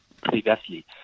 previously